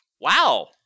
Wow